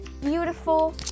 beautiful